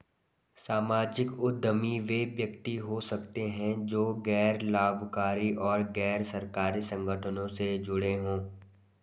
सामाजिक उद्यमी वे व्यक्ति हो सकते हैं जो गैर लाभकारी और गैर सरकारी संगठनों से जुड़े हों